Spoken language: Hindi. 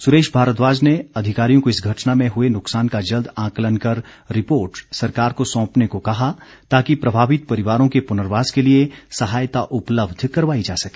सुरेश भारद्वाज ने अधिकारियों को इस घटना में हए नुकसान का जल्द आंकलन कर रिपोर्ट सरकार को सौंपने को कहा ताकि प्रभावित परिवारों के पूर्नवास के लिए सहायता उपलब्ध करवाई जा सके